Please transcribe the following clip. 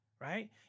right